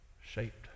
shaped